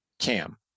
cam